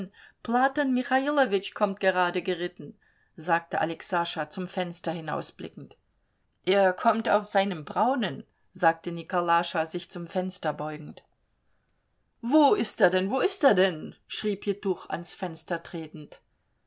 michailowitsch kommt gerade geritten sagte alexascha zum fenster hinausblickend er kommt auf seinem braunen sagte nikolascha sich zum fenster beugend wo ist er denn wo ist er denn schrie pjetuch ans fenster tretend